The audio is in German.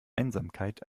einsamkeit